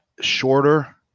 shorter